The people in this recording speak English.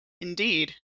Indeed